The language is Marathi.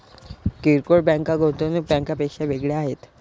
किरकोळ बँका गुंतवणूक बँकांपेक्षा वेगळ्या आहेत